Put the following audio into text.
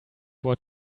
what